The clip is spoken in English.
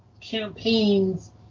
campaigns